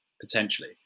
Potentially